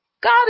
God